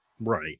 Right